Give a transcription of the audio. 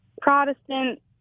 protestant